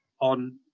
on